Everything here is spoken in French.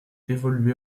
évoluait